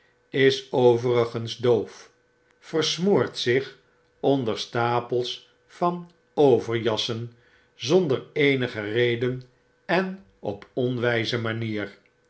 is overigens doof versmoort zich onder stapels van overjassen zonder eenige reden en op onwnze manier